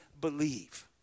believe